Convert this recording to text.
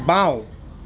বাওঁ